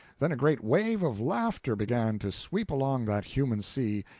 then a great wave of laughter began to sweep along that human sea,